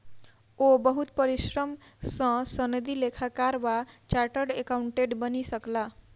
ओ बहुत परिश्रम सॅ सनदी लेखाकार वा चार्टर्ड अकाउंटेंट बनि सकला